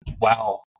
Wow